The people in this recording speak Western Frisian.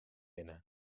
binne